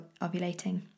ovulating